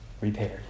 repaired